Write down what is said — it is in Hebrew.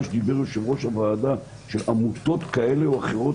שדיבר עליה יושב-ראש הוועדה של עמותות כאלה או אחרות,